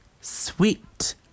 sweet